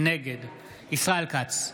נגד ישראל כץ,